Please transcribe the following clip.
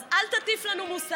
אז אל תטיף לנו מוסר.